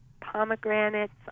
pomegranates